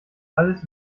alles